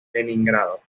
leningrado